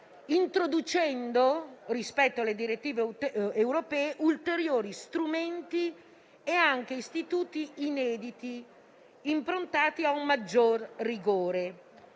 introducendo - rispetto alle direttive europee - ulteriori strumenti e anche istituti inediti improntati a un maggior rigore,